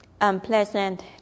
unpleasant